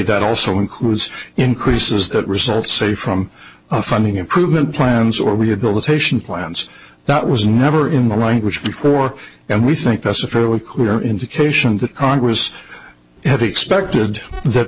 that also includes increases that result say from a funding improvement plans or we could go with a sion plans that was never in the language before and we think that's a fairly clear indication that congress had expected that